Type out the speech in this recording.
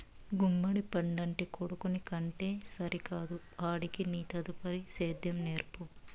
గుమ్మడి పండంటి కొడుకుని కంటే సరికాదు ఆడికి నీ తదుపరి సేద్యం నేర్పు